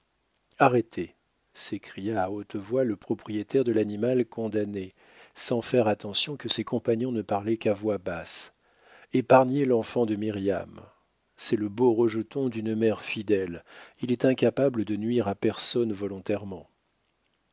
arrêtez s'écria à haute voix le propriétaire de l'animal condamné sans faire attention que ses compagnons ne parlaient qu'à voix basse épargnez l'enfant de miriam c'est le beau rejeton d'une mère fidèle il est incapable de nuire à personne volontairement